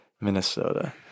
Minnesota